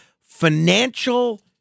financial